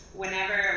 whenever